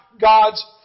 God's